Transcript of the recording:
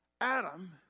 Adam